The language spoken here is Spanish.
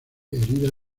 heridas